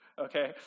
okay